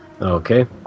Okay